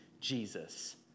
Jesus